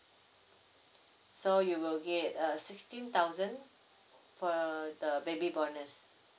so you will get a sixteen thousand for the baby bonus